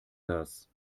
das